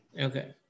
Okay